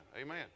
Amen